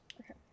Okay